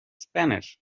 spanish